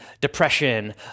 depression